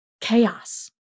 Chaos